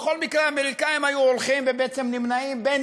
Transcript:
בכל מקרה האמריקנים היו בעצם נמנעים בין